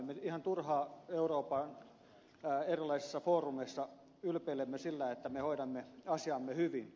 me ihan turhaan euroopan erilaisissa foorumeissa ylpeilemme sillä että me hoidamme asiamme hyvin